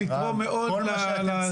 למה שלא יהיו להם גם זכויות לאומיות?